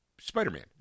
Spider-Man